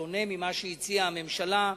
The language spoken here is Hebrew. שונה ממה שהציעה הממשלה.